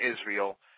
Israel